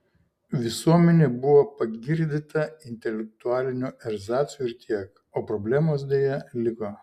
visuomenė buvo pagirdyta intelektualiniu erzacu ir tiek o problemos deja liko